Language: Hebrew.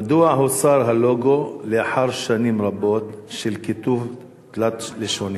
1. מדוע הוסר הלוגו לאחר שנים רבות של כיתוב תלת-לשוני?